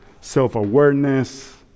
self-awareness